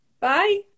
Bye